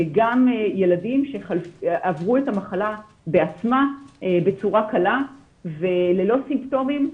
גם ילדים שעברו את המחלה בצורה קלה וללא סימפטומים,